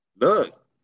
look